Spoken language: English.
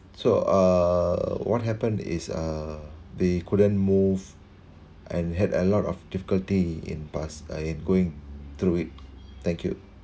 so uh what happened is uh they couldn't move and had a lot of difficulty in past like going through it thank you